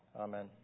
Amen